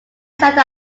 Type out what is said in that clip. center